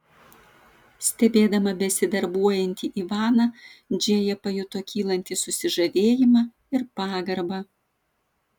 stebėdama besidarbuojantį ivaną džėja pajuto kylantį susižavėjimą ir pagarbą